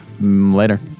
Later